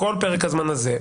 כל פרק הזמן הזה.